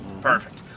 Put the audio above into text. Perfect